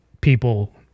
people